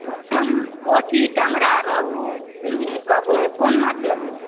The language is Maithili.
पोठी टंगरा रहू सिंघी कबई क़ोन माछ लेबै